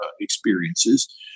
experiences